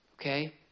Okay